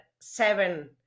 seven